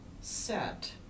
set